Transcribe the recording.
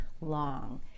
long